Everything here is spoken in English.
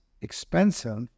expensive